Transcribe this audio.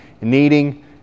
needing